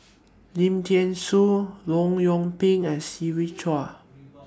Lim Thean Soo Leong Yoon Pin and Siva Choy